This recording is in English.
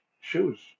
shoes